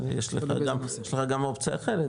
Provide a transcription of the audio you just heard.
יש לך גם אופציה אחרת.